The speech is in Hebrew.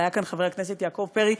אבל היה כאן חבר הכנסת יעקב פרי,